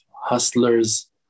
hustlers